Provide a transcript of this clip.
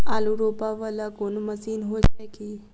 आलु रोपा वला कोनो मशीन हो छैय की?